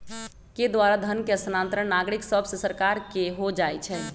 के द्वारा धन के स्थानांतरण नागरिक सभसे सरकार के हो जाइ छइ